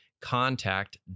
Contact